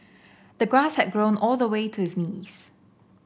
the grass had grown all the way to his knees